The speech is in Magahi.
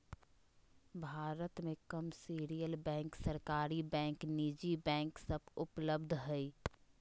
भारत मे कमर्शियल बैंक, सरकारी बैंक, निजी बैंक सब उपलब्ध हय